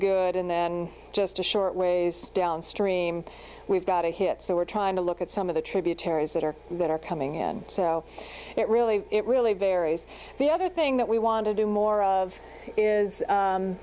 good and then just a short downstream we've got a hit so we're trying to look at some of the tributaries that are that are coming in so it really it really varies the other thing that we want to do more of is